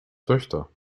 töchter